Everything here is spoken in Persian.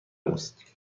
است